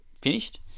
finished